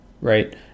right